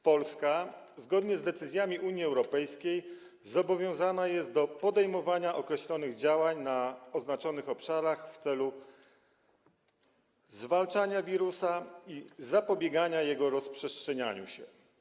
Polska, zgodnie z decyzjami Unii Europejskiej, jest zobowiązana do podejmowania określonych działań na oznaczonych obszarach w celu zwalczania wirusa i zapobiegania jego rozprzestrzenianiu się.